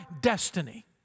destiny